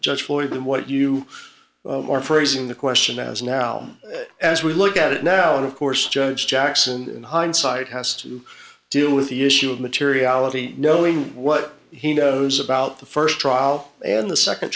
judge floyd than what you are phrasing the question as now as we look at it now and of course judge jackson in hindsight has to deal with the issue of materiality knowing what he knows about the first trial and the second